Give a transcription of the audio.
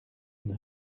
une